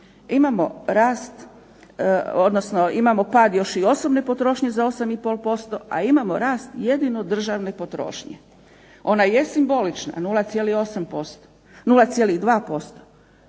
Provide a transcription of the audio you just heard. imamo rast? Imamo pad još i osobne potrošnje za 8,5%, a imamo rast jedino državne potrošnje. Ona je simbolična 0,2%,